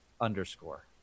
underscore